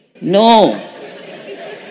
No